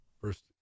first